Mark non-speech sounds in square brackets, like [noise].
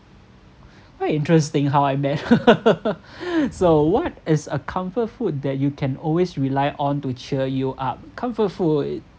very interesting how I met her [laughs] [breath] so what is a comfort food that you can always rely on to cheer you up comfort food